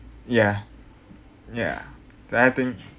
ya ya like I think